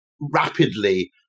rapidly